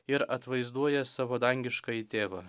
ir atvaizduoja savo dangiškąjį tėvą